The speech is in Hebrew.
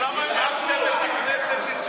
ראינו מה עשיתם, הלאמתם את הכנסת לצילומים.